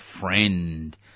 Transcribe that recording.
friend